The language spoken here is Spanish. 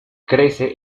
crece